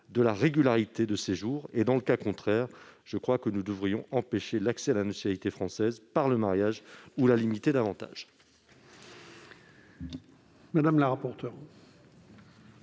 la régularité de séjour, mes chers collègues. En tout cas, nous devrions empêcher l'accès à la nationalité française par le mariage ou la limiter davantage.